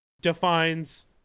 defines